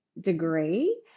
degree